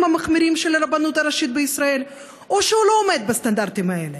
המחמירים של הרבנות הראשית בישראל או שהוא לא עומד בסטנדרטים האלה,